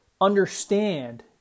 understand